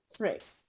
Right